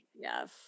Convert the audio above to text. yes